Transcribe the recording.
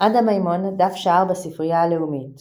עדה מימון, דף שער בספרייה הלאומית